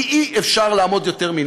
כי אי-אפשר יותר לעמוד מנגד.